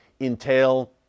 entail